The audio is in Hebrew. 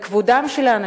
בכבודם של האנשים,